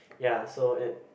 ya so and